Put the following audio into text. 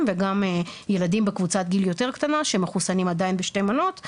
וגם ילדים בקבוצת גיל יותר קטנה שמחוסנים עדיין בשתי מנות,